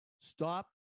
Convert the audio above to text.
stop